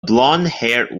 blondhaired